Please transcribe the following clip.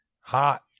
hot